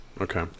okay